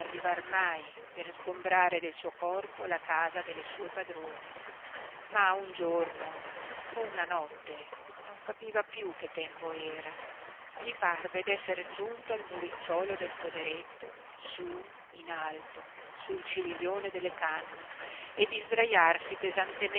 mai per sgombrare del suo corpo la casa delle sue padrone ma un giorno o una notte non capiva piú che tempo era gli parve d'esser giunto al muricciuolo del poderetto su in alto sul ciglione delle canne e di sdraiarsi